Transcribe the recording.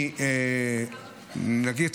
נגיד,